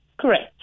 correct